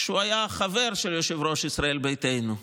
כשהוא היה חבר של יושב-ראש ישראל ביתנו,